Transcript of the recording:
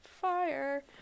Fire